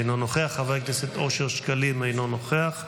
אינו נוכח, חבר הכנסת אושר שקלים, אינו נוכח,